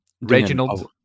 Reginald